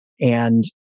And-